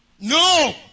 No